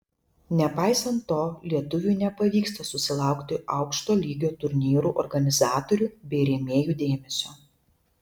nepaisant to lietuviui nepavyksta susilaukti aukšto lygio turnyrų organizatorių bei rėmėjų dėmesio